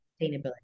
sustainability